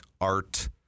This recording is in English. art